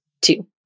two